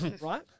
right